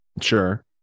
Sure